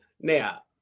Now